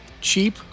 cheap